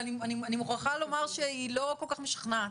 אבל אני מוכרחה לומר שהיא לא כל כך משכנעת,